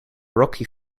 rocky